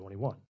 2021